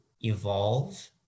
evolve